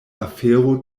afero